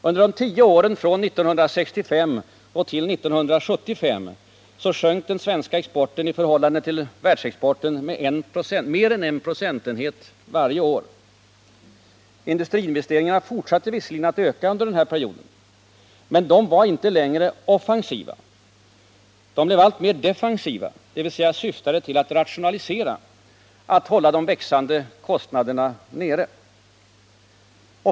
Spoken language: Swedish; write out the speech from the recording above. Under de tio åren från 1965 till 1975 sjönk vår export i förhållande till världsexporten med mer än en procentenhet varje år. Industriinvesteringarna fortsatte visserligen att öka under denna tid, men de var inte längre offensiva. De blev alltmera defensiva, dvs. syftade till att rationalisera, att hålla de växande kostnaderna nere.